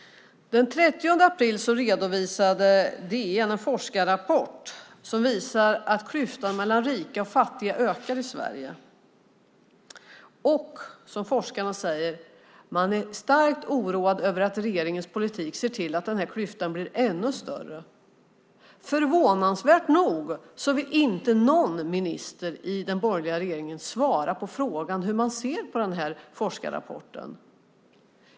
Den 30 april redovisade DN en forskarrapport. Den visar att klyftan mellan rika och fattiga ökar i Sverige. Man är, som forskarna säger, starkt oroad över att regeringens politik ser till att klyftan blir ännu större. Förvånansvärt nog har inte någon minister i den borgerliga regeringen svarat på frågan hur man ser på forskarrapporten.